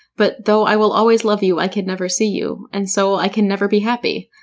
but though i will always love you, i could never see you, and so i can never be happy.